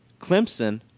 Clemson